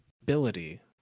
ability